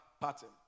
pattern